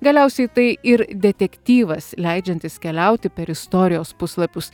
galiausiai tai ir detektyvas leidžiantis keliauti per istorijos puslapius